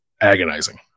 agonizing